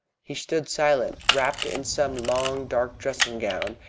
he stood silent, wrapped in some long, dark dressing-gown,